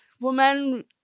Women